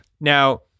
Now